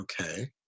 okay